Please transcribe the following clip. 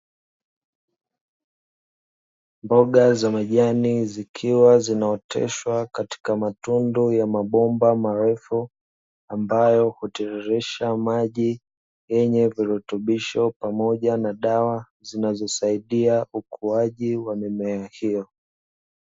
Mboga za majani zikiwa zinaoteshwa katika matundu ya mabomba marefu, ambayo hutiririsha maji yenye virutubisho pamoja na dawa zinazosaidia ukuaji wa mimea hiyo.